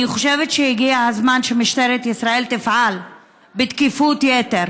אני חושבת שהגיע הזמן שמשטרת ישראל תפעל בתקיפות יתר